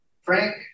Frank